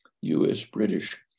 US-British